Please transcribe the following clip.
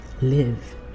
live